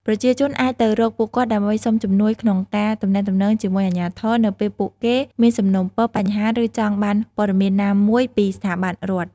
ប្រជាជនអាចទៅរកពួកគាត់ដើម្បីសុំជំនួយក្នុងការទំនាក់ទំនងជាមួយអាជ្ញាធរ នៅពេលពួកគេមានសំណូមពរ បញ្ហា ឬចង់បានព័ត៌មានណាមួយពីស្ថាប័នរដ្ឋ។